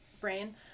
brain